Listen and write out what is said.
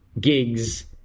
gigs